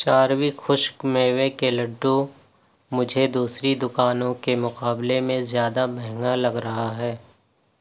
چاروک خشک میوے کے لڈو مجھے دوسری دکانوں کے مقابلے میں زیادہ مہنگا لگ رہا ہے